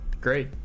Great